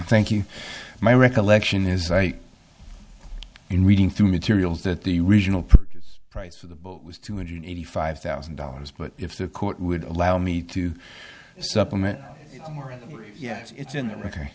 thank you my recollection is i am reading through materials that the original purchase price of the boat was two hundred eighty five thousand dollars but if the court would allow me to supplement yes it's in